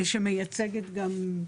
שמייצגת גם,